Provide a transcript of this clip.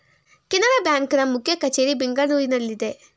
Canara bank ನ ಮುಖ್ಯ ಕಚೇರಿ ಬೆಂಗಳೂರಿನಲ್ಲಿದೆ